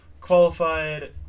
qualified